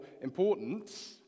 important